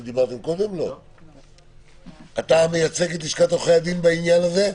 אתה מייצג את לשכת עורכי הדין בעניין הזה?